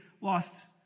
lost